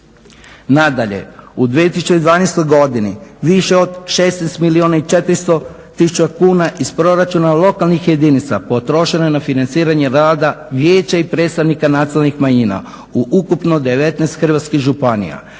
Nadalje, u 2012.godini više od 16 milijuna 400 tisuća kuna iz proračuna lokalnih jedinica potrošeno je na financiranje rada vijeća i predstavnika nacionalnih manjina ukupno 19 hrvatskih županija.